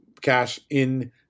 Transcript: cash-in